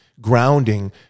grounding